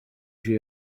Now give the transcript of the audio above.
j’ai